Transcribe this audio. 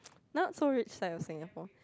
not so rich side of Singapore